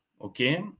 okay